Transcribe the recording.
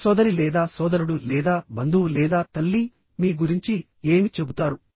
మీ సోదరి లేదా సోదరుడు లేదా బంధువు లేదా తల్లి మీ గురించి ఏమి చెబుతారు